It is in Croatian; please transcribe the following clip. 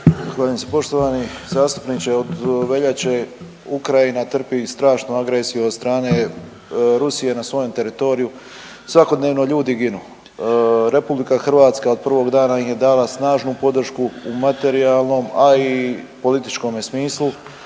Zahvaljujem se. Poštovani zastupniče, od veljače Ukrajina trpi strašnu agresiju od strane Rusije na svojem teritoriju, svakodnevno ljudi ginu. RH od prvog dana im je dala snažnu podršku u materijalnom, a i političkome smislu